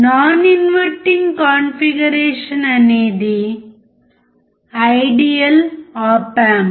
non inverting configuration అనేది ideal op amp